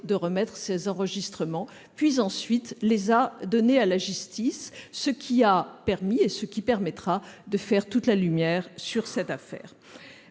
de remettre ces enregistrements, puis les a donnés à la justice, ce qui permettra de faire toute la lumière sur cette affaire.